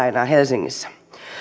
elää helsingissä